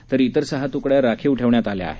तर इतर सहा त्कङ्या राखीव ठेवण्यात आल्या आहेत